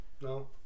No